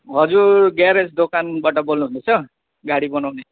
हजुर ग्यारेज दोकानबाट बोल्नु हुँदैछ गाडी बनाउने